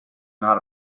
not